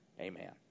Amen